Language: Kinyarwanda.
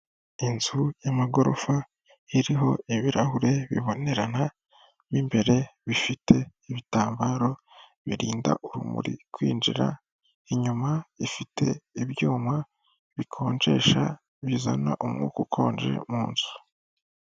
Inzu y'amagorofa iriho ibirahure bibonerana mu imbere bifite ibitambaro birinda urumuri kwinjira. Inyuma ifite ibyuma bikonjesha bizana umwuka ukonje mu nzu.